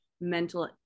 mental